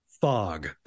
fog